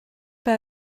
pas